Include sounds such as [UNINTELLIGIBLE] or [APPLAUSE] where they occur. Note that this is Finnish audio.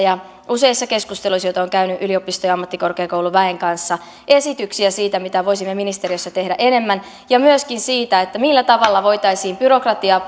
sekä useissa keskusteluissa joita olen käynyt yliopisto ja ammattikorkeakouluväen kanssa esityksiä siitä mitä voisimme ministeriössä tehdä enemmän ja myöskin siitä millä tavalla voitaisiin byrokratiaa [UNINTELLIGIBLE]